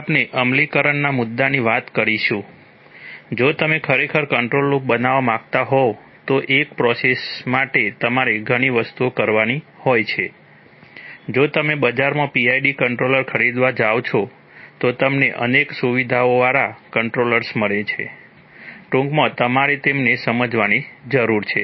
આજે આપણે અમલીકરણના મુદ્દાની વાત કરીશું જો તમે ખરેખર કંટ્રોલ લૂપ બનાવવા માંગતા હોવ તો એક પ્રોસેસ માટે તમારે ઘણી વસ્તુઓ કરવાની હોય છે જો તમે બજારમાં PID કંટ્રોલર ખરીદવા જાઓ છો તો તમને અનેક સુવિધાઓવાળા કંટ્રોલર્સ મળે છે ટૂંકમાં તમારે તેમને સમજવાની જરૂર છે